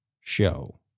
show